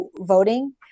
voting